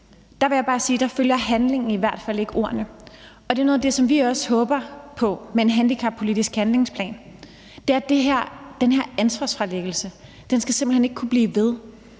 Der vil jeg bare sige, at der følger handlingen i hvert fald ikke ordene. Og noget af det, som vi også håber på med en handicappolitisk handlingsplan, er, at den her ansvarsfralæggelse simpelt hen ikke skal kunne blive ved.